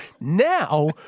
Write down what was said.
now